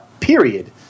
period